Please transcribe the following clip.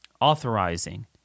authorizing